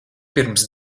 pirms